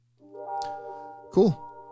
cool